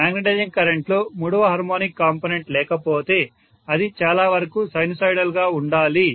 magnetising కరెంట్లో మూడవ harmonic component లేకపోతే అది చాలా వరకు సైనుసోయిడల్గా ఉండాలి